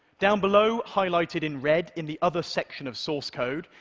down below, highlighted in red, in the other section of source code,